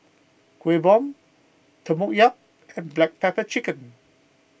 Kueh Bom Tempoyak and Black Pepper Chicken